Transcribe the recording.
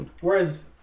whereas